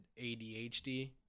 ADHD